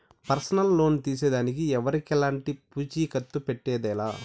personal loan తీసేదానికి ఎవరికెలంటి పూచీకత్తు పెట్టేదె లా